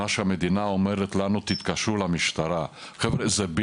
מה שהמדינה אומרת לנו, תתקשרו למשטרה, זה לא